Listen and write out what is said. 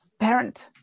parent